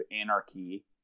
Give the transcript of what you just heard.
anarchy